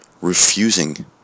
refusing